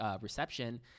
reception